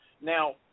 Now